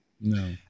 No